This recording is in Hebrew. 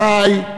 אחי,